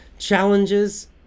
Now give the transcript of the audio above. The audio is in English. Challenges